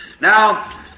Now